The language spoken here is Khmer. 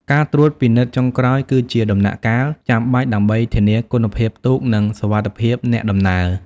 ការត្រួតពិនិត្យចុងក្រោយ គឺជាដំណាក់កាលចាំបាច់ដើម្បីធានាគុណភាពទូក និងសុវត្ថិភាពអ្នកដំណើរ។